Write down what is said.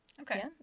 Okay